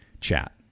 chat